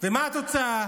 ומה התוצאה?